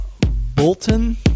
Bolton